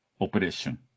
operation